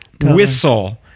Whistle